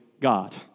God